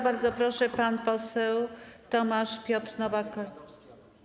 Bardzo proszę, pan poseł Tomasz Piotr Nowak.